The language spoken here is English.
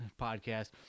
podcast